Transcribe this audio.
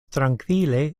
trankvile